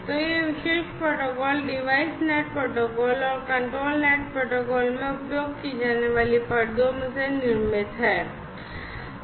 तो यह विशेष प्रोटोकॉल डिवाइस नेट प्रोटोकॉल और कंट्रोल नेट प्रोटोकॉल में उपयोग की जाने वाली परतों से निर्मित है